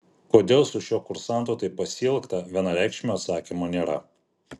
kodėl su šiuo kursantu taip pasielgta vienareikšmio atsakymo nėra